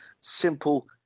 simple